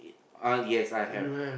yeah yes I have